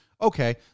Okay